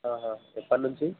అ ఆ ఎప్పటినుంచి